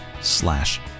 slash